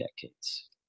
decades